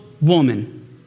woman